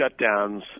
shutdowns